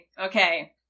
Okay